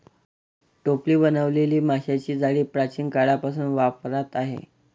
टोपली बनवलेली माशांची जाळी प्राचीन काळापासून वापरात आहे